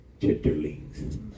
chitterlings